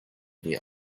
wir